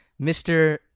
mr